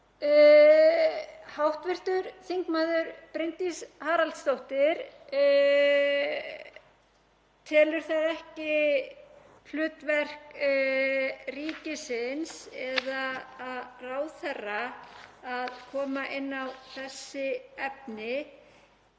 Hv. þm. Bryndís Haraldsdóttir telur það ekki hlutverk ríkisins eða ráðherra að koma inn á þessi efni